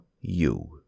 you